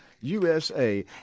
USA